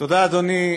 תודה, אדוני.